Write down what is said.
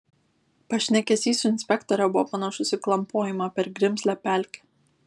pašnekesys su inspektore buvo panašus į klampojimą per grimzlią pelkę